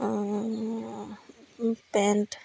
pant